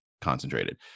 concentrated